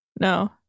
No